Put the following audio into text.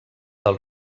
del